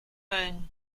mölln